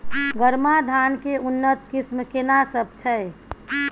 गरमा धान के उन्नत किस्म केना सब छै?